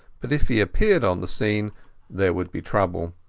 but if he appeared on the scene there would be trouble.